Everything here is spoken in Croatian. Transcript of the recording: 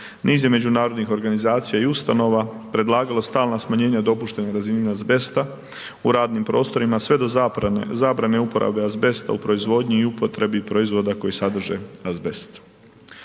niz je međunarodnih organizacija i ustanova predlagalo stalna smanjenja dopuštene razine azbesta u radnim prostorima sve do zabrane uporabe azbesta u proizvodnji i upotrebi proizvoda koji sadrže azbest.